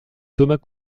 thomas